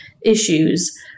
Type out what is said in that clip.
issues